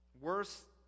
Worse